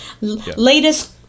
Latest